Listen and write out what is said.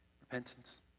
repentance